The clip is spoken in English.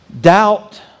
Doubt